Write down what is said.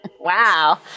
Wow